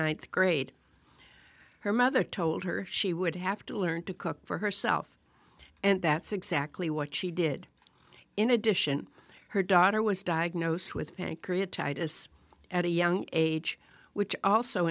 ninth grade her mother told her she would have to learn to cook for herself and that's exactly what she did in addition her daughter was diagnosed with pancreatitis at a young age which also